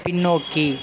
பின்னோக்கி